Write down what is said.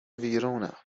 ویرونم